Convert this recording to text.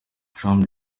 trump